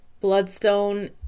Bloodstone